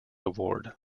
award